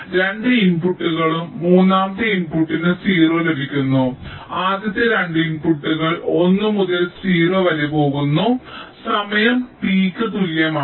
അതിനാൽ രണ്ട് ഇൻപുട്ടുകളും മൂന്നാമത്തെ ഇൻപുട്ടിന് 0 ലഭിക്കുന്നു ആദ്യത്തെ 2 ഇൻപുട്ടുകൾ 1 മുതൽ 0 വരെ പോകുന്നു സമയം tക്ക് തുല്യമാണ്